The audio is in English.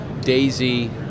Daisy